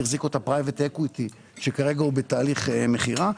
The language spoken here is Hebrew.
מחזיק אותה פרייבט אקוויטי שכרגע הוא בתהליך מכירה,